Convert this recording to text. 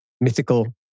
mythical